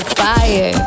fire